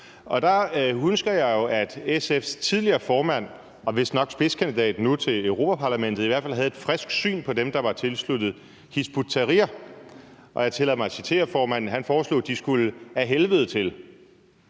Der husker jeg, at SF's tidligere formand og vistnok spidskandidat nu til Europa-Parlamentet i hvert fald havde et frisk syn på dem, der var tilsluttet Hizb ut-Tahrir, og jeg tillader mig at citere, formand. Han foreslog, at de skulle ad helvede til.